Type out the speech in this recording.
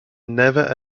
never